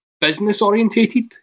business-orientated